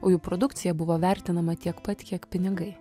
o jų produkcija buvo vertinama tiek pat kiek pinigai